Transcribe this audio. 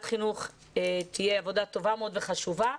חינוך תהיה עבודה טובה מאוד וחשובה.